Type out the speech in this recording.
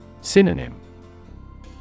Synonym